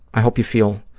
i hope you feel